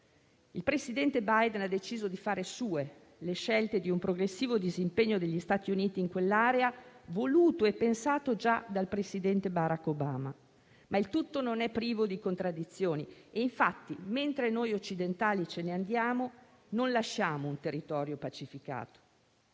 Il presidente Biden ha deciso di fare sue le scelte di un progressivo disimpegno degli Stati Uniti in quell'area, voluto e pensato già dal presidente Barack Obama, ma il tutto non è privo di contraddizioni. Infatti, mentre noi occidentali ce ne andiamo, non lasciamo un territorio pacificato.